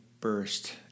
burst